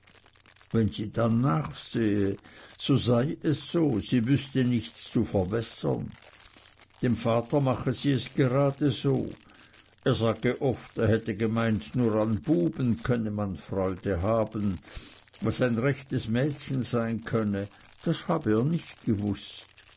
wenn sie dann nachsehe so sei es so sie wüßte nichts zu verbessern dem vater mache sie es gerade so er sage oft er hätte gemeint nur an buben könne man freude haben was ein rechtes mädchen sein könne das habe er nicht gewußt